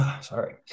Sorry